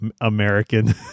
American